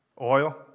Oil